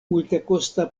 multekosta